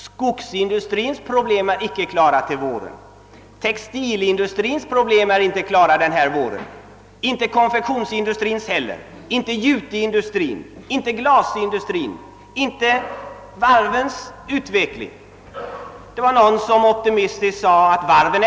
Skogsindustrins problem är icke klara till våren, inte heller textil-, konfektions-, juteoch glasindustrins samt varvens. Det var någon som optimistiskt sade att varven nu.